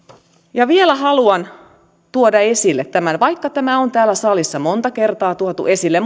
ja vielä haluan tuoda esille tämän vaikka tämä on täällä salissa monta kertaa tuotu esille